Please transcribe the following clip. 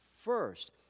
first